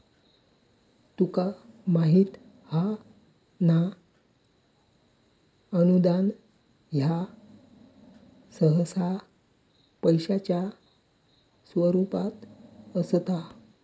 तुका माहित हां ना, अनुदान ह्या सहसा पैशाच्या स्वरूपात असता